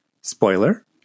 Spoiler